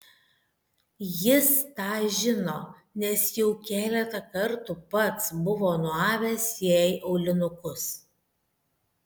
jis tą žino nes jau keletą kartų pats buvo nuavęs jai aulinukus